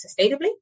sustainably